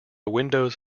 windows